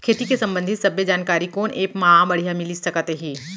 खेती के संबंधित सब्बे जानकारी कोन एप मा बढ़िया मिलिस सकत हे?